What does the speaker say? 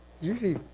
Usually